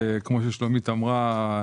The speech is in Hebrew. כמו ששלומית אמרה,